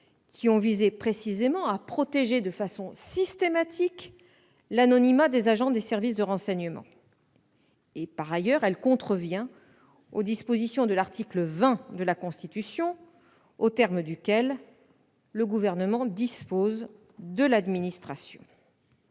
qui ont précisément visé à protéger de façon systématique l'anonymat des agents des services de renseignement. Par ailleurs, elle contrevient aux dispositions de l'article 20 de la Constitution aux termes duquel le Gouvernement dispose de l'administration.